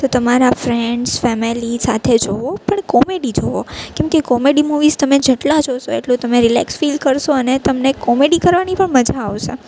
તો તમારા friends family સાથે જોવો પણ કોમેડી જોવો કેમકે કોમેડી મુવીઝ તમે જેટલા જોશો એટલું તમે રિલેક્સ ફીલ કરશો અને તમને કોમેડી કરવાની પણ મજા આવશે